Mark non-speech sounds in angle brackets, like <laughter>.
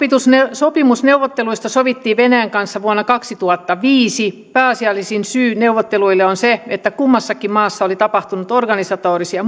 sopimusneuvotteluista sovittiin venäjän kanssa vuonna kaksituhattaviisi pääasiallisin syy neuvotteluihin on se että kummassakin maassa oli tapahtunut organisatorisia <unintelligible>